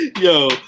yo